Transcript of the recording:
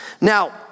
Now